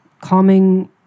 calming